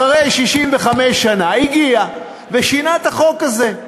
אחרי 65 שנה, הגיע ושינה את החוק הזה,